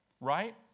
Right